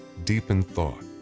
deep in thought.